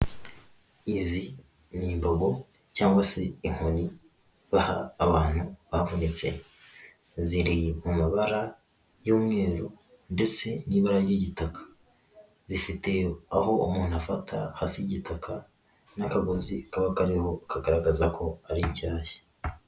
Zzi ni imbago cyangwa se inkoni baha abantu bavunitse, ziri mu mabara y'umweru ndetse n'ibura ry'igitaka, zifite aho umuntu afata hasa igitaka n'akagozi kaba kariho kagaragaza ko ari nshyashya.